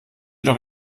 doch